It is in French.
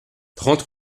trente